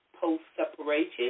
post-separation